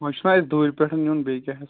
وۄنۍ چھُنا اَسہِ دوٗرِ پٮ۪ٹھ یُن بیٚیہِ کیٛاہ حظ